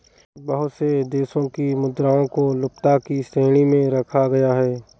बहुत से देशों की मुद्राओं को लुप्तता की श्रेणी में रखा गया है